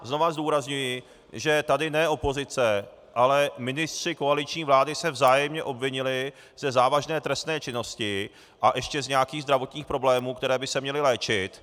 Znovu zdůrazňuji, tady ne opozice, ale ministři koaliční vlády se vzájemně obvinili ze závažné trestné činnosti a ještě z nějakých zdravotních problémů, ze kterých by se měli léčit.